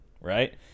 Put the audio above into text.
right